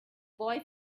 boy